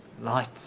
light